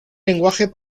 lenguaje